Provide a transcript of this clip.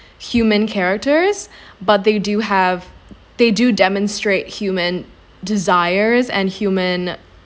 human characters but they do have they do demonstrate human desires and human